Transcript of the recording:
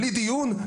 בלי דיון?